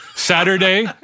Saturday